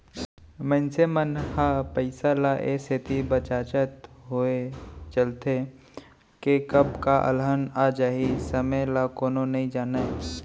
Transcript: मनसे मन ह पइसा ल ए सेती बचाचत होय चलथे के कब का अलहन आ जाही समे ल कोनो नइ जानयँ